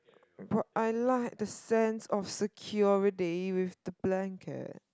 but I like the sense of security with the blanket